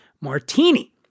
martini